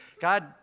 God